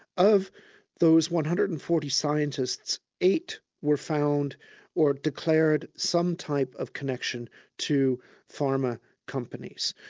of those one hundred and forty scientists, eight were found or declared some type of connection to pharma companies.